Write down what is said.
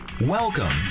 Welcome